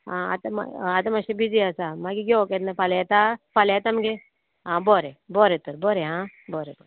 आं आतां मा आतां मात्शें बिजी आसा मागीर यो केन्ना फाल्यां येता फाल्यां येता मगे आं बोरें बोरें तर बोरें आं बोरें बोरें